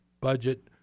Budget